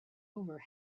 over